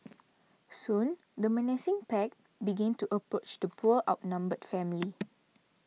soon the menacing pack begin to approach the poor outnumbered family